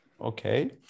okay